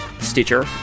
Stitcher